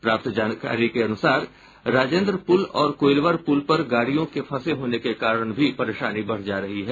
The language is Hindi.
प्राप्त जानकारी के अनुसार राजेंद्र पुल और कोईलवर पुल पर गाड़ियों के फंसे होने के कारण भी परेशानी बढ़ जा रही है